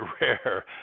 rare